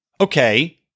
Okay